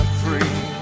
free